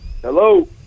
hello